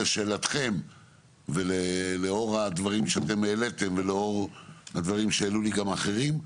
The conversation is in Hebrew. לשאלתכם ולאור הדברים שאתם העליתם ולאור הדברים שהעלו לי גם אחרים,